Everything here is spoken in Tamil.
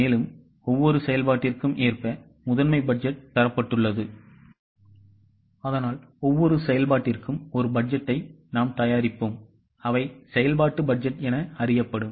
இப்போது ஒவ்வொரு செயல்பாட்டிற்கும் ஏற்ப முதன்மை பட்ஜெட் தரப்பட்டுள்ளது மேலும் ஒவ்வொரு செயல்பாட்டிற்கும் ஒரு பட்ஜெட்டை நாம் தயாரிப்போம் அவை செயல்பாட்டு பட்ஜெட் என அறியப்படும்